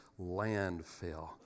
landfill